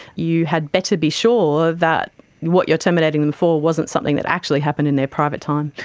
you had better be sure that what you're terminating them for wasn't something that actually happened in their private time.